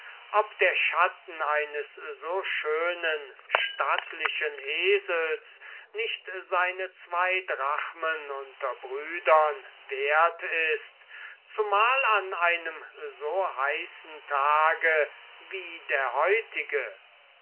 ob der schatten eines so schönen stattlichen esels nicht seine zwo drachmen unter brüdern wert ist zumal an einem so heißen tage wie der heutige